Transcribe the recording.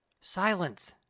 silence